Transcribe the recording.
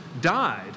died